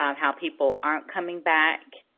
um how people aren't coming back.